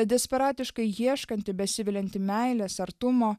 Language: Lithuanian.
desperatiškai ieškanti besivilianti meilės artumo